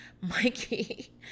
Mikey